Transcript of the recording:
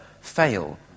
fail